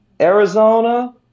Arizona